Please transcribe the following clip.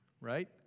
right